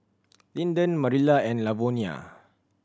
Linden Marilla and Lavonia